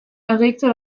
erregte